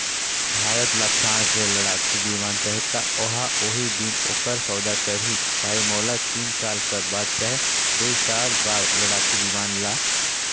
भारत ल फ्रांस ले लड़ाकु बिमान चाहीं त ओहा उहीं दिन ओखर सौदा करहीं भई मोला तीन साल कर बाद चहे दुई साल बाद लड़ाकू बिमान ल